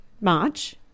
march